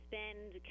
spend